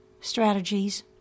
strategies